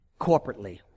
corporately